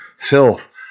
filth